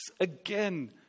again